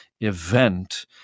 event